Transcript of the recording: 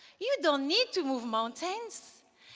you don't need to move mountains.